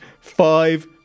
five